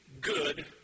good